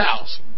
house